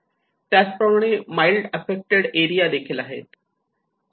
त्याचप्रमाणे mild affected area देखील आहेत